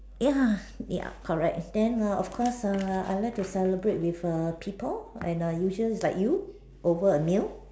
ya yup correct then err of course err I like to celebrate with err people and err usual is like you over a meal